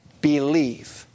believe